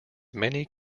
many